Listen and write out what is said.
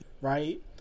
right